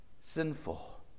sinful